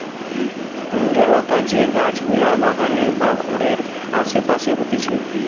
কুঞ্জলতা যে গাছ গুলা বাগানে বা ঘরের আসে পাশে হতিছে